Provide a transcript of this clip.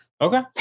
Okay